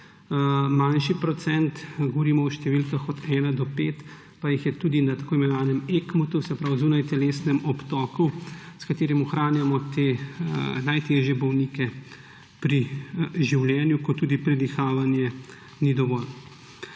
Manjši procent – govorimo o številkah od 1 do 5 – pa jih je tudi na tako imenovanem ECMO, se pravi zunajtelesnem obtoku, s katerim ohranjamo te najtežje bolnike pri življenju, kot tudi predihavanje ni dovolj.